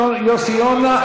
יוסי יונה,